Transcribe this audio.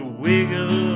wiggle